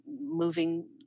moving